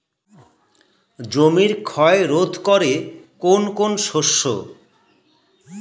জমির ক্ষয় রোধ করে কোন কোন শস্য?